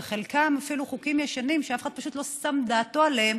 וחלקם אפילו חוקים ישנים שאף אחד פשוט לא נתן דעתו עליהם,